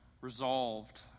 resolved